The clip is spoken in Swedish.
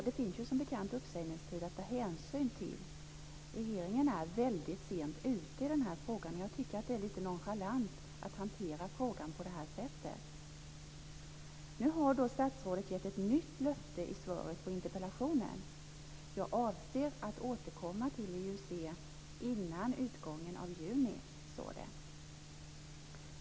Det finns ju som bekant uppsägningstider att ta hänsyn till. Regeringen är väldigt sent ute i den här frågan, och jag tycker att det är lite nonchalant att hantera frågan på det här sättet. Nu har statsrådet gett ett nytt löfte i svaret på interpellationen. "Jag kommer att återkomma till IUC innan utgången av juni", står det.